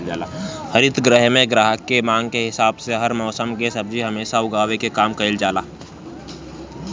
हरित गृह में ग्राहक के मांग के हिसाब से हर मौसम के सब्जी हमेशा उगावे के काम कईल जाला